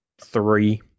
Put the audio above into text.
three